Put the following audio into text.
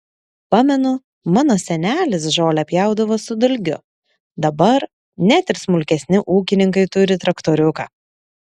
pamenu mano senelis žolę pjaudavo su dalgiu dabar net ir smulkesni ūkininkai turi traktoriuką